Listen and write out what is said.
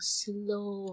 slow